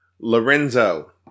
Lorenzo